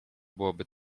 byłoby